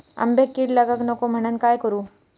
आंब्यक कीड लागाक नको म्हनान काय करू?